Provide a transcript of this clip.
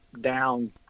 down